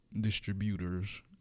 distributors